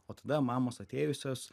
o tada mamos atėjusios